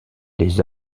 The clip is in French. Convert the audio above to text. les